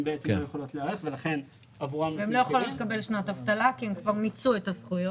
לא יכולות לקבל שנת אבטלה כי הן כבר מיצו את הזכויות.